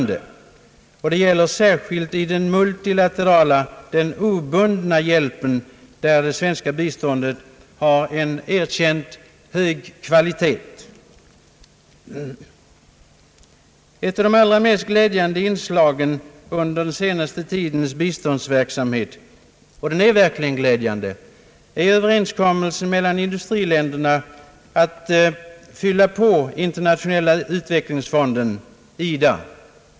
Det gäller särskilt den multilaterala, obundna hjälpen, där det svenska biståndet har erkänt hög kvalitet. Ett av de allra mest glädjande inslagen i den senaste tidens biståndsverksamhet — och det är verkligen glädjande är överenskommelsen mellan industriländerna om att fylla på Internationella utvecklingsfonden, IDA.